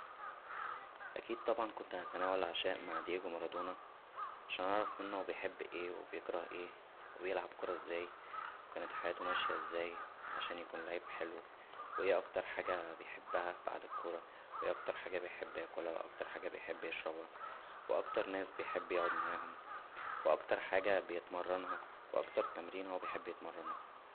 اكيد طبعا كنت هتناول العشاء مع دييجو مارادونا عشان اعرف منه هو بيحب ايه و بيكره ايه وبيلعب كوره ازاى و كانت حياته ماشيه ازاى عشان يكون لعيب حلو وايه اكتر حاجه بيحبها بعد الكوره وايه اكتر حاجه بيحب ياكلها و اكتر حاجه بيحب يشربها واكتر ناس بيحب يقعد معاهم و اكتر حاجه بيتمرنها واكتر تمرين هو بيحب يتمرنه